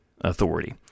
authority